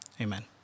amen